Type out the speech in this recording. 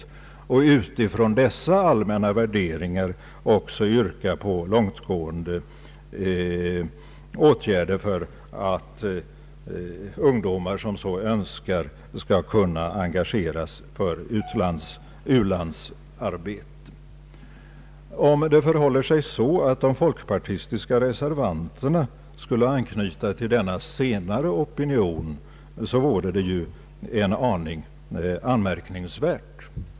Den opinionen yrkar, med utgångspunkt i dessa allmänna värderingar, på långtgående åtgärder för att ungdomar som så önskar skall kunna engageras för u-landsarbete. Om det förhåller sig så att de folkpartistiska reservanterna skulle anknyta till denna senare opinion vore det en aning anmärkningsvärt.